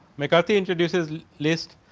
mccarthy introduces list